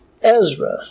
Ezra